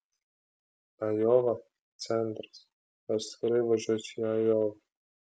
ajova centras jos tikrai važiuos į ajovą